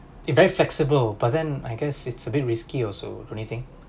it very flexible but then I guess it's a bit risky also don't you think